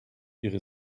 ihre